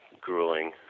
grueling